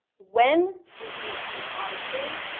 when did you eat ice cream?